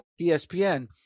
ESPN